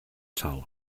salt